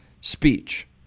speech